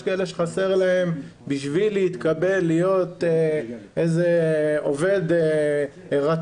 יש כאלה שחסר להם בשביל להתקבל להיות עובד רתך,